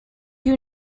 you